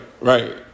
right